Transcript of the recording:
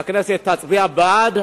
והכנסת תצביע בעד,